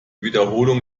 wiederholung